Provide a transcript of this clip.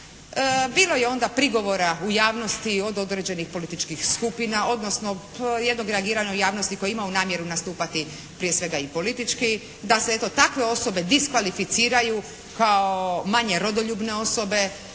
Bilo je onda prigovora u javnosti od određenih političkih skupina, odnosno jednog reagiranja u javnosti koji je imao namjeru nastupati prije svega i politički da se eto takve osobe diskvalificiraju kao manje rodoljubne osobe,